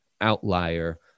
outlier